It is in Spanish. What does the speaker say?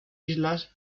islas